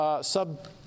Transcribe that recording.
sub